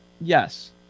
Yes